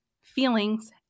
feelings